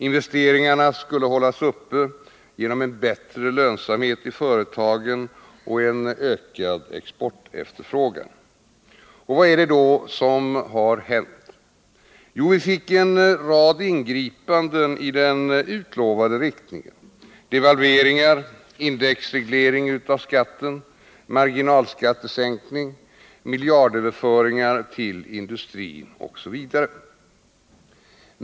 Investeringarna skulle hållas uppe genom bättre lönsamhet i företagen och ökad exportefterfrågan. Vad har då hänt? Jo, vi fick en rad ingripanden i den utlovade inriktningen: devalveringar, indexreglering av skatten, marginalskattesänkning, miljardöverföringar till industrin osv.